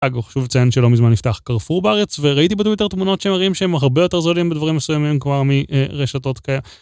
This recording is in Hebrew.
אגב, שוב ציין שלא מזמן נפתח קרפור בארץ וראיתי באמת תמונות שמראים שהם הרבה יותר זוליים בדברים מסוימים כבר מרשתות כאלה.